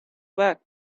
back